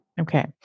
Okay